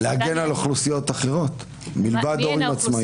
אם עדיין יהיו --- להגן על אוכלוסיות אחרות מלבד הורים עצמאיים.